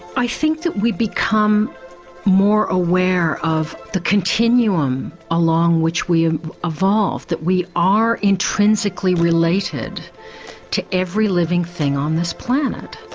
i think that we become more aware of the continuum along which we evolved, that we are intrinsically related to every living thing on this planet.